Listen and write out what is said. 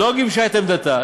לא גיבשה את עמדתה?